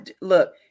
look